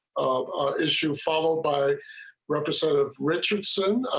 issue followed by representative richardson.